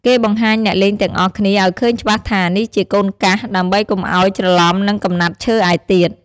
គេបង្ហាញអ្នកលេងទាំងអស់គ្នាឲ្យឃើញច្បាស់ថា នេះជា "កូនកាស" ដើម្បីកុំឲ្យច្រឡំនឹងកំណាត់ឈើឯទៀត។